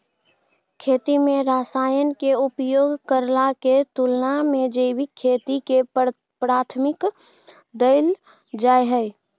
खेती में रसायन के उपयोग करला के तुलना में जैविक खेती के प्राथमिकता दैल जाय हय